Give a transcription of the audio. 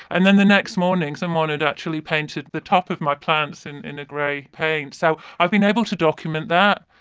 and then the next morning someone had actually painted the top of my plants in in a grey paint. so i've been able to document that,